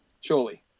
Surely